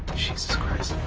jesus christ.